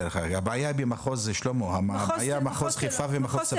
שלמה, הבעיה היא במחוז חיפה ומחוז צפון.